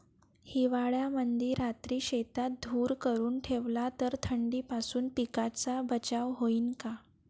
हिवाळ्यामंदी रात्री शेतात धुर करून ठेवला तर थंडीपासून पिकाचा बचाव होईन का?